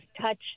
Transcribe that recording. touch